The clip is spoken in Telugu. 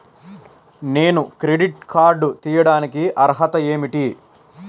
నేను క్రెడిట్ కార్డు తీయడానికి అర్హత ఏమిటి?